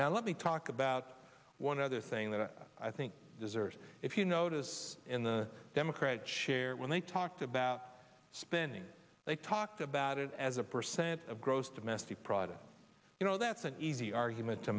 me talk about one other thing that i think deserves if you notice in the democrat chair when they talked about spending they talked about it as a percent of gross domestic product you know that's an easy argument to